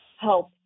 help